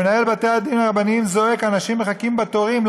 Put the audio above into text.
מנהל בתי הדין הרבניים זועק שאנשים מחכים בתורים.